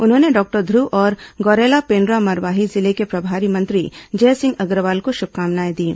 उन्होंने डॉक्टर ध्रुव और गौरेला पेण्ड्रा मरवाही जिले के प्रभारी मंत्री जयसिंह अग्रवाल को शुभकामनाएं दीं